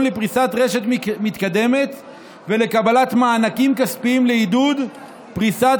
לפריסת רשת מתקדמת ולקבלת מענקים כספיים לעידוד פריסת